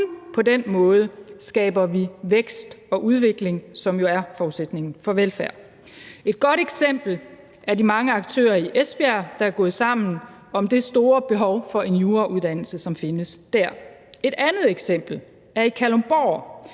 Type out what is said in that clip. måde skaber vi vækst og udvikling, som jo er forudsætningen for velfærd. Et godt eksempel er de mange aktører i Esbjerg, der er gået sammen om det store behov for en jurauddannelse, som findes dér. Et andet eksempel er i Kalundborg,